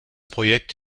projekt